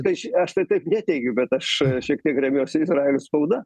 kaži aš tai taip neteigiu bet aš šiek tiek remiuosi izraelio spauda